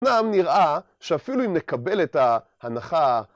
נראה שאפילו אם נקבל את ההנחה